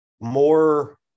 More